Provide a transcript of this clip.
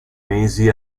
mesi